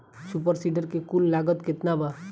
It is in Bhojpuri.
सुपर सीडर के कुल लागत केतना बा?